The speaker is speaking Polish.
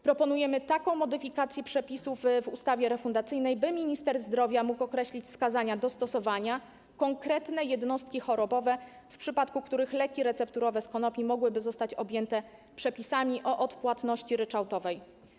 Proponujemy taką modyfikację przepisów w ustawie refundacyjnej, by minister zdrowia mógł określić wskazania do stosowania konkretne jednostki chorobowe, w przypadku których leki recepturowe z konopi mogłyby zostać objęte przepisami o odpłatności ryczałtowej.